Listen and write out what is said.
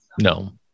No